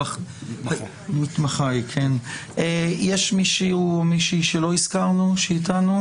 יש מישהו או מישהי שלא קראתי בשמו?